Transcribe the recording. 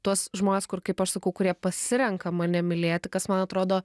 tuos žmones kur kaip aš sakau kurie pasirenka mane mylėti kas man atrodo